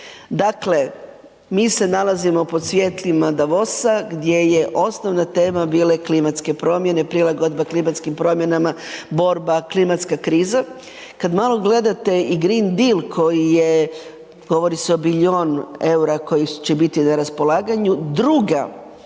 Dakle, mi se nalazimo pod svjetlima Davosa gdje je osnovna tema bila klimatske promjene, prilagodba klimatskim promjenama, borba klimatska kriza. Kada malo gledate i Green Deal koji je govori se o bilijun eura koji će biti na raspolaganju druga